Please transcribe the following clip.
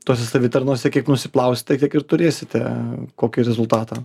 tose savitarnose kiek nusiplausite kiek ir turėsite kokį rezultatą